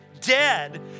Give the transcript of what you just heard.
dead